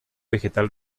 vegetal